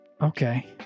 Okay